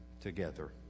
together